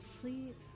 sleep